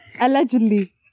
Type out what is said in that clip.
Allegedly